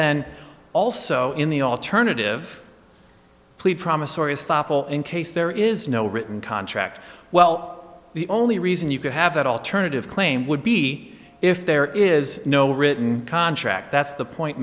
then also in the alternative promissory estoppel in case there is no written contract well the only reason you could have that alternative claim would be if there is no written contract that's the point